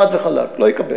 חד וחלק, לא אקבל.